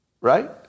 Right